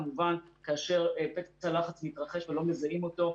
כמובן כאשר פצע לחץ מתרחש ולא מזהים אותו.